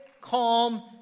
calm